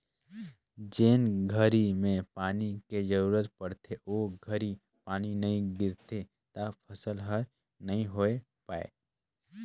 जेन घरी में पानी के जरूरत पड़थे ओ घरी पानी नई गिरथे त फसल हर नई होय पाए